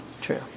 true